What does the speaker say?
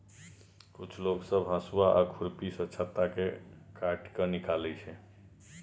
कुछ लोग सब हसुआ आ खुरपी सँ छत्ता केँ काटि केँ निकालै छै